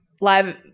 live-